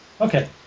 Okay